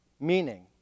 Meaning